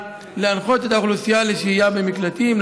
להנחות את האוכלוסייה לשהות במקלטים,